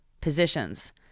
positions